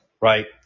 Right